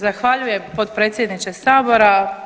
Zahvaljujem potpredsjedniče sabora.